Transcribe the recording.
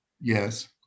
yes